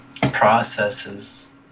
processes